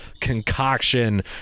concoction